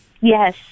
Yes